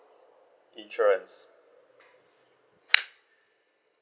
insurance